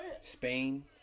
Spain